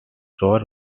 stores